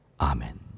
amen